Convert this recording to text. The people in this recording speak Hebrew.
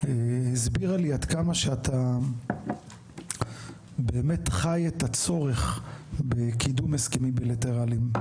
הסבירה לי עד כמה שאתה באמת חי את הצורך בקידום הסכמים בילטרליים.